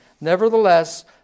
Nevertheless